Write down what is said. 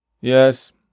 Yes